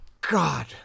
God